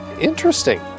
interesting